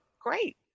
Great